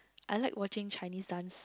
I like watching Chinese dance